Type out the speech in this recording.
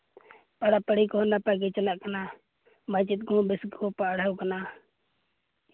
ᱯᱟᱲᱦᱟᱼᱯᱟᱲᱦᱤ ᱠᱚᱦᱚᱸ ᱱᱟᱯᱟᱭ ᱜᱮ ᱪᱟᱞᱟᱜ ᱠᱟᱱᱟ ᱢᱟᱪᱮᱫ ᱠᱚᱦᱚᱸ ᱵᱮᱥ ᱜᱮᱠᱚ ᱯᱟᱲᱦᱟᱣ ᱠᱟᱱᱟ